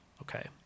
okay